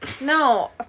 No